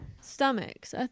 stomachs